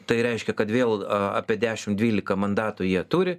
tai reiškia kad vėl apie dešim dvylika mandatų jie turi